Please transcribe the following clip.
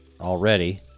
already